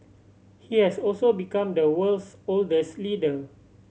he has also become the world's oldest leader